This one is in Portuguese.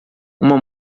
uma